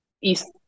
East